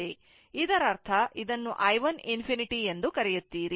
ಇದರರ್ಥ ಇದನ್ನು i 1 ∞ ಎಂದು ಕರೆಯುತ್ತೀರಿ